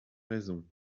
raison